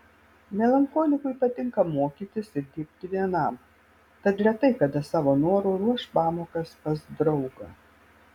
melancholikui patinka mokytis ir dirbti vienam tad retai kada savo noru ruoš pamokas pas draugą